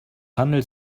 handelt